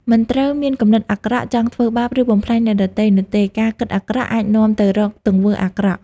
មិនត្រូវមានគំនិតអាក្រក់ ចង់ធ្វើបាប ឬបំផ្លាញអ្នកដទៃនោះទេ ការគិតអាក្រក់អាចនាំទៅរកទង្វើអាក្រក់។